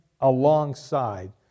alongside